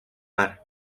mar